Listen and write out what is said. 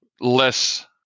less